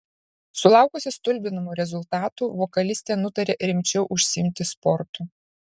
sulaukusi stulbinamų rezultatų vokalistė nutarė rimčiau užsiimti sportu